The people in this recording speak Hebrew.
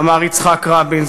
אמר יצחק רבין,